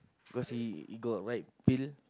because he he got white pill